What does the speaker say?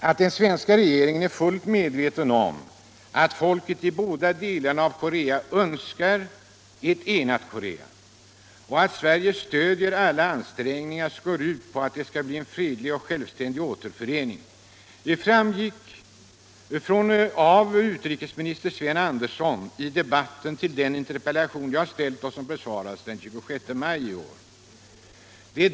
Att den svenska regeringen är fullt medveten om att folket i båda delarna av Korea önskar ett enat Korea, och att Sverige stöder alla ansträngningar som går ut på att det skall bli en fredlig och självständig återförening, framgick klart och tydligt av vad utrikesminister Sven Andersson sade i debatten om den interpellation jag framställt och som besvarades den 26 maj i år.